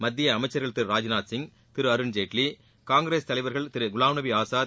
மத்திய அமைச்சர்கள் திரு ராஜ்நாத்சிங் திரு அருண்ஜேட்லி காங்கிரஸ் தலைவர்கள் திரு குலாம்நபி ஆசாத்